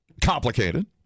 complicated